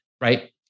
Right